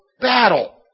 battle